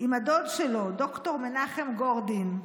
עם הדוד שלו, ד"ר מנחם גורדין.